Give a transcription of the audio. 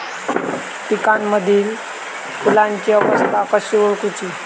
पिकांमदिल फुलांची अवस्था कशी ओळखुची?